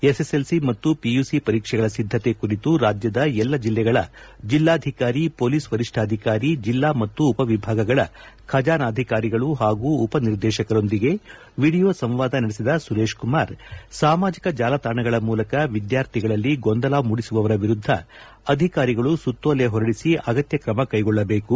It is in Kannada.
ಎಸ್ಎಸ್ಎಲ್ಸಿ ಮತ್ತು ಪಿಯುಸಿ ಪರೀಕ್ಷೆಗಳ ಸಿದ್ಧತೆ ಕುರಿತು ರಾಜ್ಯದ ಎಲ್ಲ ಜಿಲ್ಲೆಗಳ ಜಿಲ್ಲಾಧಿಕಾರಿ ಪೊಲೀಸ್ ವರಿಷ್ಠಾಧಿಕಾರಿ ಜಿಲ್ಲಾ ಮತ್ತು ಉಪವಿಭಾಗಗಳ ಖಜಾನಾಧಿಕಾರಿಗಳು ಪಾಗೂ ಉಪನಿರ್ದೇಶಕರೊಂದಿಗೆ ವಿಡಿಯೋ ಸಂವಾದ ನಡೆಸಿದ ಸುರೇಶ್ಕುಮಾರ್ ಸಾಮಾಜಿಕ ಜಾಲತಾಣಗಳ ಮೂಲಕ ವಿದ್ಕಾರ್ಥಿಗಳಲ್ಲಿ ಗೊಂದಲ ಮೂಡಿಸುವವರ ವಿರುದ್ಧ ಅಧಿಕಾರಿಗಳು ಸುತ್ತೋಲೆ ಹೊರಡಿಸಿ ಅಗತ್ಯ ಕ್ರಮ ಕೈಗೊಳ್ಳಬೇಕು